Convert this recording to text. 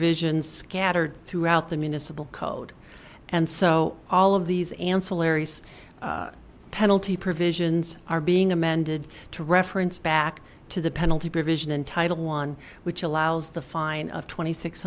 provisions scattered throughout the municipal code and so all of these ancillaries penalty provisions are being amended to reference back to the penalty provision in title one which allows the fine of twenty six